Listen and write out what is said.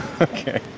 Okay